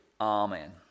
Amen